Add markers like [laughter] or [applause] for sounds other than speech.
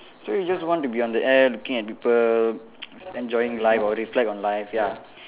so you just want to be on the air looking at people [noise] enjoying life or reflect on life ya